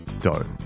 dough